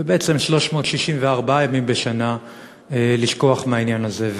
ובעצם 364 ימים בשנה לשכוח מהעניין הזה.